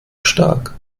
stark